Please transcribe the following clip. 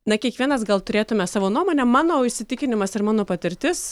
na kiekvienas gal turėtume savo nuomonę mano įsitikinimas ir mano patirtis